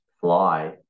fly